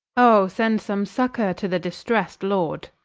o send some succour to the distrest lord